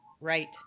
Right